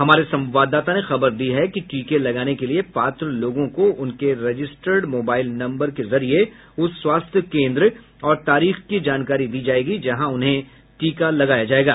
हमारे संवाददाता ने खबर दी है कि टीके लगाने के लिए पात्र लोगों को उनके रजिस्टर्ड मोबाइल नंबर के जरिए उस स्वास्थ्य केन्द्र और तारीख की जानकारी दी जाएगी जहां उन्हें टीका लगाया जाएगा